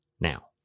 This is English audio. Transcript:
Now